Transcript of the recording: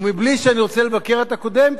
ובלי שאני רוצה לבקר את הקודם,